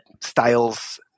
styles